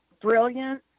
brilliant